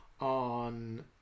on